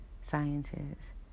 Sciences